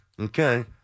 Okay